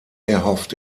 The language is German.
erhofft